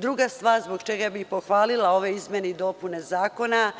Druga stvar zbog čega bih pohvalila ove izmene i dopune zakona,